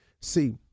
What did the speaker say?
See